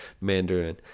Mandarin